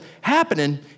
happening